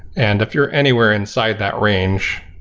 and if you're anywhere inside that range,